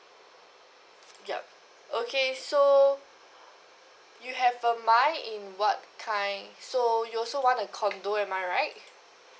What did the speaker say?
ya okay so you have a mind in what kind so you also want a condominium am I right